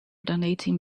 donating